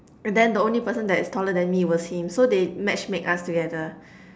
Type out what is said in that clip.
and then the only person that was taller than me was him so they matchmake us together